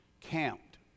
camped